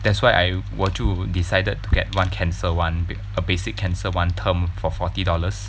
that's why I 我就 decided to get one cancer [one] a basic cancer one term for forty dollars